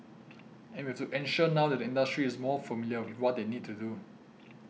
and we have to ensure now that the industry is more familiar with what they need to do